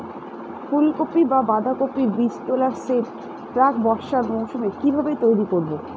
ফুলকপি বা বাঁধাকপির বীজতলার সেট প্রাক বর্ষার মৌসুমে কিভাবে তৈরি করব?